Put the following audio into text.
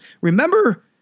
remember